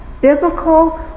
biblical